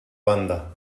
banda